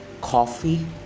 coffee